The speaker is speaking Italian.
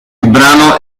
brano